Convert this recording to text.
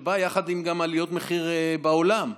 שגם בא יחד עם עליות מחירים בעולם.